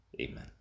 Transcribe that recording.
Amen